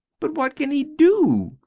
but what can he do?